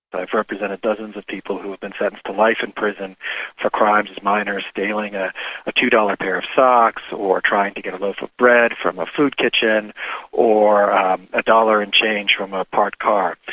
i've represented dozens of people who have been sentenced to life in prison for crimes as minor as stealing a a two-dollar pair of socks or trying to get a loaf of bread from a food kitchen or a dollar in change from a parked car.